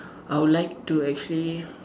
I'll like to actually